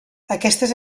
aquestes